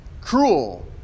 cruel